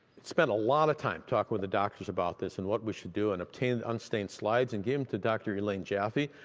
spent a lot of time talking with the doctors about this and what we should do and obtained unstained slides, and gave them to dr. elaine jaffe,